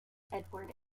edward